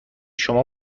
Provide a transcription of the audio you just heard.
شما